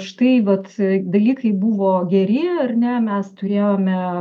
štai vat dalykai buvo geri ar ne mes turėjome